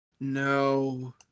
No